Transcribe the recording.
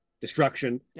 destruction